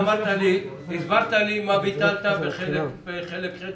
הסברתי לי מה ביטלת בחלק ח',